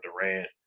Durant